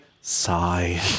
sigh